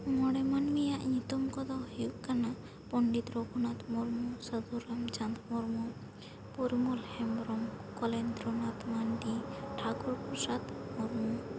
ᱢᱚᱬᱮ ᱢᱟᱹᱱᱢᱤᱭᱟᱜ ᱧᱩᱛᱩᱢ ᱠᱚ ᱫᱚ ᱦᱩᱭᱩᱜ ᱠᱟᱱᱟ ᱯᱚᱱᱰᱤᱛ ᱨᱟᱹᱜᱷᱩᱱᱟᱛᱷ ᱢᱩᱨᱢᱩ ᱥᱟᱹᱫᱷᱩ ᱨᱟᱢᱪᱟᱸᱫᱽ ᱢᱩᱨᱢᱩ ᱯᱚᱨᱤᱢᱚᱞ ᱦᱮᱢᱵᱨᱚᱢ ᱠᱚᱞᱮᱱᱫᱨᱚᱱᱟᱛᱷ ᱢᱟᱱᱰᱤ ᱴᱷᱟᱠᱩᱨ ᱯᱨᱚᱥᱟᱫᱽ ᱢᱩᱨᱢᱩ